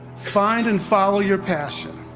find and follow your passion!